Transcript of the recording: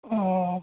অঁ